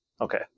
Okay